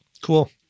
cool